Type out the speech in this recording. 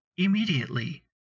Immediately